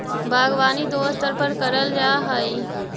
बागवानी दो स्तर पर करल जा हई